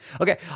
Okay